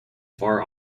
far